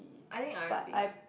I think R and B